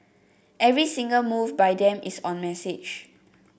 every single move by them is on message